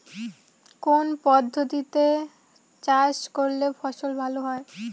কোন পদ্ধতিতে চাষ করলে ফসল ভালো হয়?